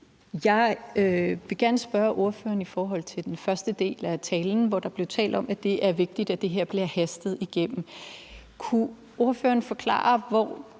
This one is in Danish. Jeg vil godt spørge ordføreren til den første del af talen, hvor der blev talt om, at det er vigtigt, at det her bliver hastet igennem. Kunne ordføreren forklare, hvad